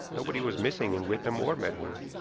nobody was missing in withan or medworth.